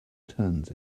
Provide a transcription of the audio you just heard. turns